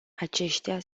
aceștia